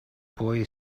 boy